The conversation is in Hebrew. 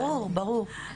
ברור, ברור.